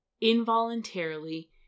involuntarily